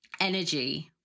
energy